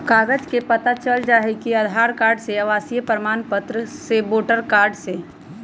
कागज से पता चल जाहई, आधार कार्ड से, आवासीय प्रमाण पत्र से, वोटर कार्ड से?